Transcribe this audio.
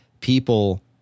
people